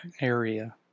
area